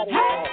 Hey